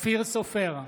אופיר סופר,